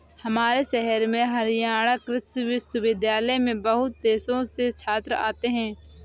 हमारे शहर में हरियाणा कृषि विश्वविद्यालय में बहुत देशों से छात्र आते हैं